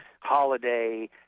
holiday